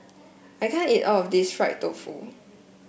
I can't eat all of this Fried Tofu